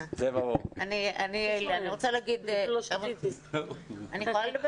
אני רוצה לומר